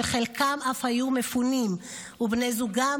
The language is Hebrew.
וחלקם אף היו מפונים ובני זוגם,